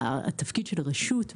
והתפקיד של הרשות,